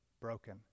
broken